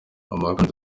amakaroni